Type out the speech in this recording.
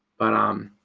but um